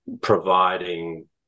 providing